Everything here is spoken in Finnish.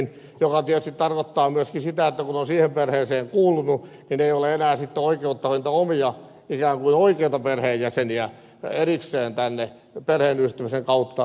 tämä tietysti tarkoittaa myöskin sitä että kun on siihen perheeseen kuulunut niin ei ole sitten enää oikeutta niitä omia ikään kuin oikeita perheenjäseniä erikseen tänne perheenyhdistämisen kautta tuoda